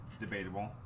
debatable